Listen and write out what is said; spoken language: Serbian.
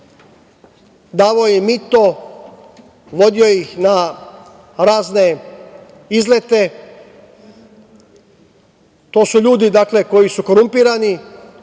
davao mito, vodio ih na razne izlete. To su ljudi koji su korumpirani,